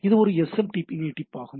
இது ஒரு எஸ்எம்டிபி நீட்டிப்பாகும்